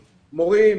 מורים,